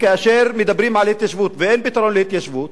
כאשר מדברים על התיישבות ואין פתרון להתיישבות